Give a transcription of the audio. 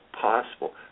possible